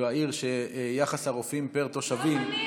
העיר שיחס הרופאים פר תושבים,